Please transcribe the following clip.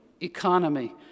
economy